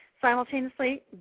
Simultaneously